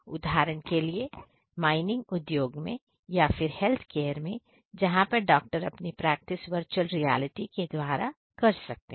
उदाहरण के लिए माइनिंग उद्योग में या फिर हेल्थ केयर में जहां पर डॉक्टर अपनी प्रैक्टिस वर्चुअल रियालिटी के द्वारा कर सकते हैं